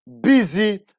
busy